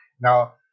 Now